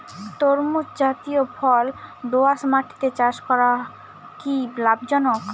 তরমুজ জাতিয় ফল দোঁয়াশ মাটিতে চাষ করা কি লাভজনক?